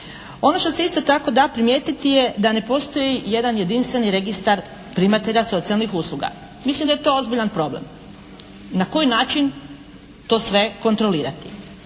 Ono što se isto tako da primijetiti je da ne postoji jedan jedinstveni registar primatelja socijalnih usluga. Mislim da je to ozbiljan problem. Na koji način to sve kontrolirati?